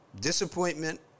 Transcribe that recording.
disappointment